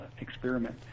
experiment